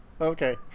Okay